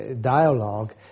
dialogue